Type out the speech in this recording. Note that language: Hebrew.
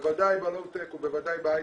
בוודאי ב- low techובוודאי בהייטק.